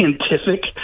scientific